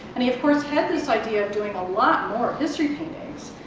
and he of course had this idea of doing a lot more history paintings.